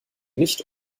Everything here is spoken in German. nicht